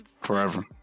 Forever